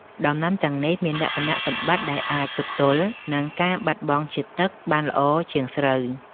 ដំណាំទាំងនេះមានលក្ខណៈសម្បត្តិដែលអាចទប់ទល់នឹងការបាត់បង់ជាតិទឹកបានល្អជាងស្រូវ។